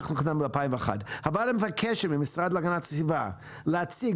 הוועדה מבקשת מהמשרד להגנת הסביבה להציג,